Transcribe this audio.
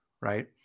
right